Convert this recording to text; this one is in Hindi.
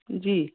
जी